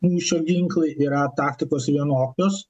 ryšio ginklai yra taktikos vienokios